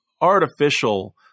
artificial